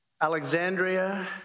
Alexandria